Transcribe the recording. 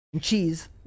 cheese